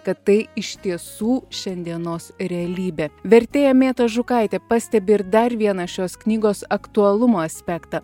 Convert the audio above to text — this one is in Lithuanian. kad tai iš tiesų šiandienos realybė vertėja mėta žukaitė pastebi ir dar vieną šios knygos aktualumo aspektą